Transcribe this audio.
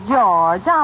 George